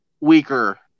weaker